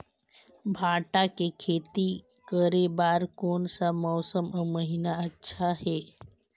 भांटा के खेती करे बार कोन सा मौसम अउ महीना अच्छा हे?